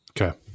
Okay